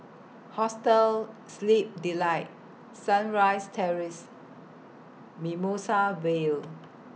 Hostel Sleep Delight Sunrise Terrace Mimosa Vale